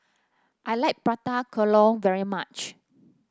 I like prata kelur very much